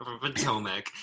Potomac